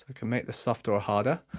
ah can make this softer or harder.